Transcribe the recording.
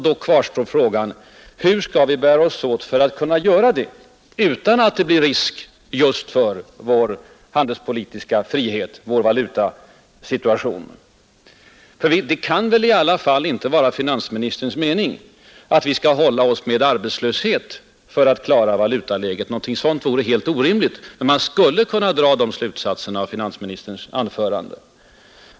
Då uppstår frågan: Hur skall vi bära oss åt för att kunna göra det utan att det blir risk just för vår handelspolitiska frihet, vår valutasituation? Det kan väl i alla fall inte vara finansministerns mening att vi skulle hålla oss med arbetslöshet för att klara valutaläget. Något sådant vore helt orimligt. Men man skulle kunna dra den slutsatsen av finansministerns anförande.